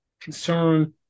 concern